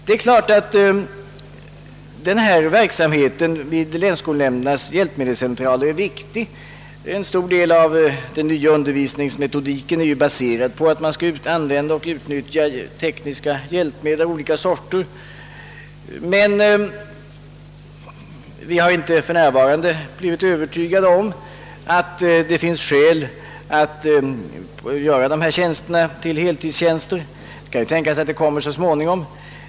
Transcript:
Det är klart att verksamheten vid länsskolnämndernas hjälpmedelscentraler är viktig — en stor del av den nya undervisningsmetodiken är ju baserad på att man utnyttjar tekniska hjälpmedel av olika sorter — men vi har inte blivit övertygade om att det för närvarande finns skäl att göra tjänsterna till heltidstjänster; det kan dock tänkas att det blir behövligt så småningom.